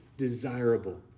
Desirable